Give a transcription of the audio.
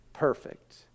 perfect